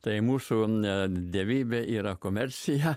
tai mūsų net dievybė yra komercija